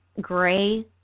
gray